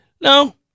No